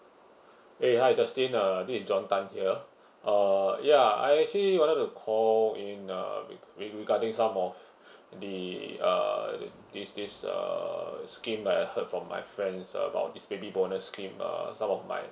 !hey! hi justin uh this is john tan here uh ya I actually wanted to call in uh re~ regarding some of the uh this this uh scheme like I heard from my friends about this baby bonus scheme uh some of my